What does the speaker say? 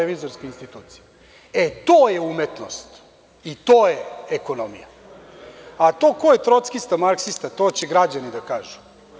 E, to je umetnost i to je ekonomija, a to ko je trockista, marksista, to će građani da kažu.